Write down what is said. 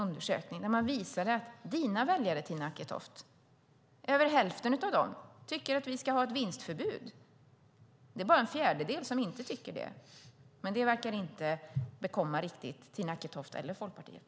Den visar att mer än hälften av dina väljare, Tina Acketoft, tycker att vi ska ha ett vinstförbud. Det är bara en fjärdedel som inte tycker det. Men det verkar inte riktigt bekomma Tina Acketoft eller Folkpartiet.